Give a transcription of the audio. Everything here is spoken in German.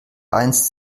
einst